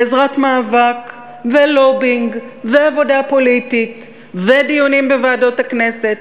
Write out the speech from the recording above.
בעזרת מאבק ולובינג ועבודה פוליטית ודיונים בוועדות הכנסת,